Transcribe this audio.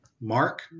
Mark